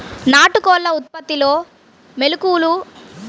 నాటుకోళ్ల ఉత్పత్తిలో మెలుకువలు ఎలా తెలుసుకోవాలి?